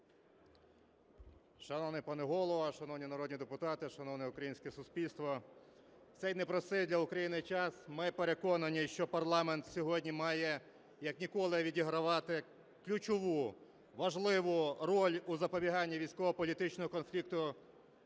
Шановний пане Голово, шановні народні депутати, шановне українське суспільство! В цей непростий для України час ми переконані, що парламент сьогодні має, як ніколи, відігравати ключову, важливу роль у запобіганні військово-політичного конфлікту